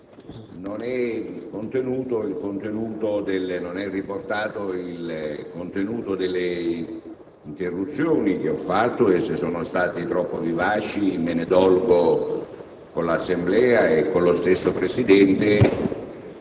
non è riportato il contenuto delle interruzioni che ho fatto: esse sono state troppo vivaci e me ne dolgo con l'Assemblea e con lo stesso Presidente;